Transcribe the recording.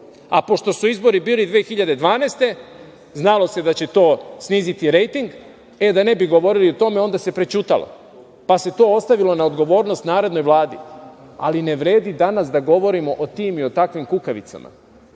a pošto su izbori bili 2012. godine, znalo se da će to sniziti rejting. E, da ne bi govorili o tome, onda se prećutalo, pa se to ostavilo na odgovornost narednoj Vladi. Ali, ne vredi danas da govorimo o tim i o takvim kukavicama,